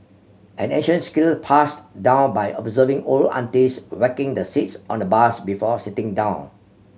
an ancient skill passed down by observing old aunties whacking the seats on the bus before sitting down